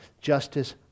Justice